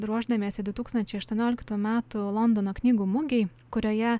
ruošdamiesi du tūkstančiai aštuonioliktų metų londono knygų mugei kurioje